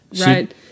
right